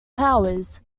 powers